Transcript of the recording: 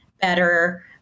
better